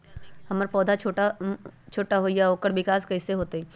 हमर पौधा छोटा छोटा होईया ओकर विकास कईसे होतई?